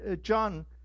John